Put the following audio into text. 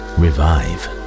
revive